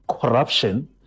corruption